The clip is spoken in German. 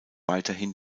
weiterhin